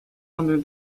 under